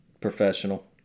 professional